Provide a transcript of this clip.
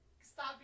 Stop